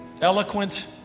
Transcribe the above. eloquent